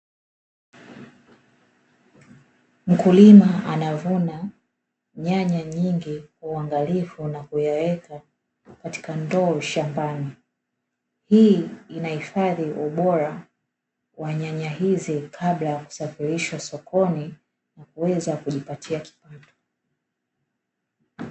Mkulima anavuna nyanya nyingi kwa uangalifu na kuyaweka katika ndoo shambani, hii inahifadhi ubora wa nyanya hizi kabla ya kusafirishwa sokoni na kuweza kujipatia kipato.